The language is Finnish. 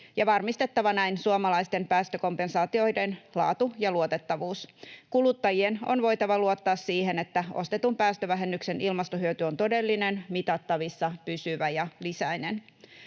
varmistettava näin suomalaisten päästökompensaatioiden laatu ja luotettavuus. Kuluttajien on voitava luottaa siihen, että ostetun päästövähennyksen ilmastohyöty on todellinen, mitattavissa, pysyvä ja lisäinen.